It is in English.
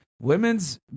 women's